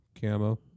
camo